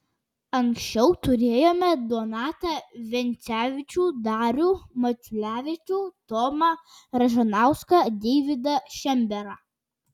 anksčiau turėjome donatą vencevičių darių maciulevičių tomą ražanauską deividą šemberą